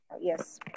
Yes